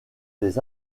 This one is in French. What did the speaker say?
des